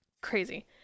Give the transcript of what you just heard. Crazy